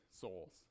souls